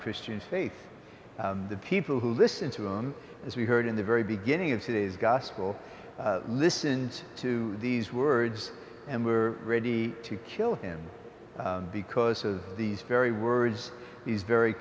christian faith the people who listen to him as we heard in the very beginning of today's gospel listened to these words and were ready to kill him because of these very words these very